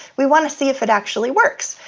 we want to see if it actually works.